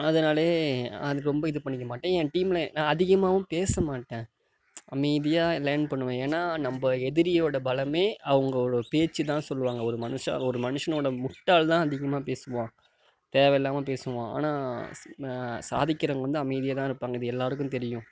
அதனாலேயே அது ரொம்ப இது பண்ணிக்க மாட்டேன் என் டீமில் நான் அதிகமாகவும் பேச மாட்டேன் அமைதியாக லேர்ன் பண்ணுவேன் ஏன்னால் நம்ம எதிரியோட பலமே அவங்களோட பேச்சுதான் சொல்வாங்க ஒரு மனுஷ ஒரு மனுஷனோட முட்டாள்தான் அதிகமாக பேசுவான் தேவையில்லாம பேசுவான் ஆனால் சாதிக்கிறவங்க வந்து அமைதியாகதான் இருப்பாங்க இது எல்லாேருக்கும் தெரியும்